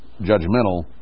judgmental